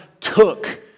took